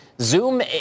Zoom